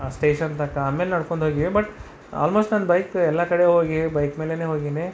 ಆ ಸ್ಟೇಷನ್ ತನಕ ಆಮೇಲೆ ನಡ್ಕೊಂಡು ಹೋಗೀವಿ ಬಟ್ ಆಲ್ಮೋಸ್ಟ್ ನನ್ನ ಬೈಕ್ ಎಲ್ಲ ಕಡೆ ಹೋಗಿ ಬೈಕ್ ಮೇಲೆನೇ ಹೋಗೀನಿ